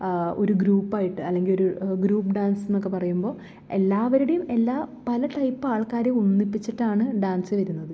ഒര് ഗ്രൂപ്പായിട്ട് അല്ലെങ്കിൽ ഒരു ഗ്രൂപ്പ് ഡാൻസ് പറയുമ്പോൾ എല്ലാവരുടെ എല്ലാ പല ടൈപ്പാൾക്കാരെ ഒന്നിപ്പിച്ചിട്ടാണ് ഡാൻസ് വരുന്നത്